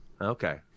Okay